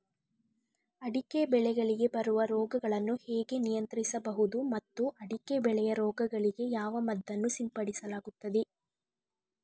ಅಡಿಕೆ ಬೆಳೆಗಳಿಗೆ ಬರುವ ರೋಗಗಳನ್ನು ಹೇಗೆ ನಿಯಂತ್ರಿಸಬಹುದು ಮತ್ತು ಅಡಿಕೆ ಬೆಳೆಯ ರೋಗಗಳಿಗೆ ಯಾವ ಮದ್ದನ್ನು ಸಿಂಪಡಿಸಲಾಗುತ್ತದೆ?